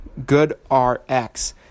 GoodRx